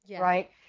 right